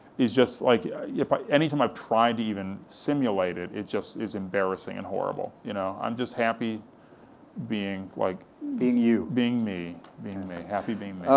is just like yeah like anytime i've tried to even simulate it, it just is embarrassing and horrible. you know i'm just happy being like, being you. being me, being me, happy being me.